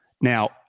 Now